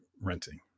renting